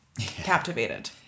captivated